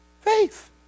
faith